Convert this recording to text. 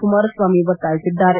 ಕುಮಾರಸ್ವಾಮಿ ಒತ್ತಾಯಿಸಿದ್ದಾರೆ